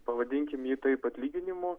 pavadinkim jį taip atlyginimu